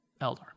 Eldar